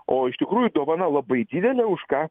o iš tikrųjų dovana labai didelė už ką